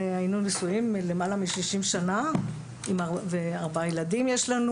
היינו נשואים למעלה משישים שנה וארבעה ילדים יש לנו